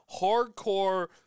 hardcore